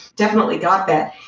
definitely got that.